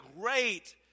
great